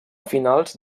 finals